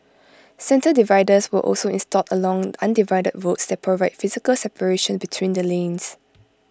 centre dividers were also installed along undivided roads that provide physical separation between the lanes